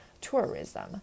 tourism